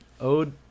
Ode